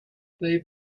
they